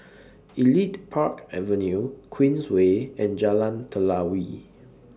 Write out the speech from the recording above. Elite Park Avenue Queensway and Jalan Telawi